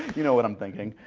you know what i'm thinking.